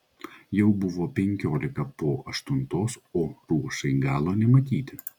jau buvo penkiolika po aštuntos o ruošai galo nematyti